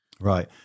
Right